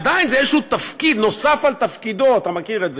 עדיין זה איזה תפקיד נוסף על תפקידו אתה מכיר את זה,